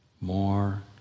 more